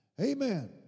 Amen